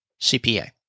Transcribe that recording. CPA